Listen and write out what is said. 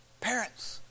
Parents